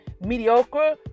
mediocre